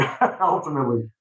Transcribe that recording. ultimately